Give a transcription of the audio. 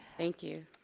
thank you.